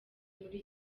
muri